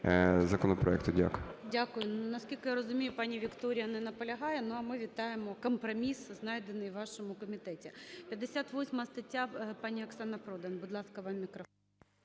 законопроекту. Дякую. ГОЛОВУЮЧИЙ. Наскільки я розумію, пані Вікторія не наполягає. Ну,а ми вітаємо компроміс, знайдений у вашому комітеті. 58 стаття. Пані Оксана Продан. Будь ласка, вам мікрофон.